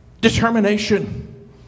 determination